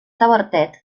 tavertet